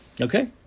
Okay